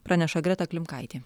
praneša greta klimkaitė